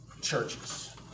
churches